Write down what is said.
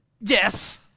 Yes